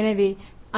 எனவே